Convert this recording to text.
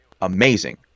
amazing